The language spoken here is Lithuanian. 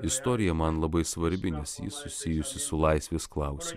istorija man labai svarbi nes ji susijusi su laisvės klausimu